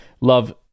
Love